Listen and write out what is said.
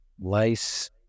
Lice